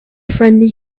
friendly